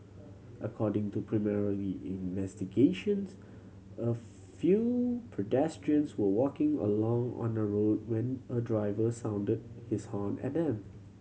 according to preliminary investigations a few pedestrians were walking along on a road when a driver sounded his horn at them